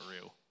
real